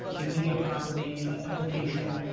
a media property, a publication,